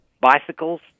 bicycles